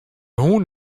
hûn